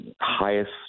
highest